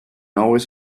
always